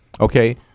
Okay